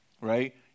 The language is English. right